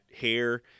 hair